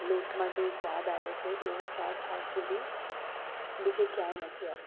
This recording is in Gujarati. લોટમાં જે સ્વાદ આવે છે એવો સ્વાદ આજ સુધી બીજે ક્યાંય આવતો